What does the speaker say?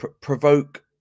provoke –